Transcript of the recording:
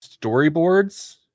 storyboards